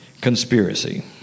Conspiracy